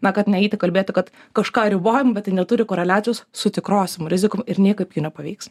na kad neeiti kalbėti kad kažką ribojam bet tai neturi koreliacijos su tikrosiom rizikom ir niekaip jų nepaveiks